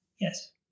Yes